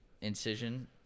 incision